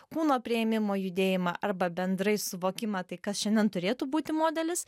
kūno priėmimo judėjimą arba bendrai suvokimą tai kas šiandien turėtų būti modelis